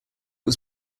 was